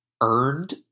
earned